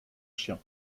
chien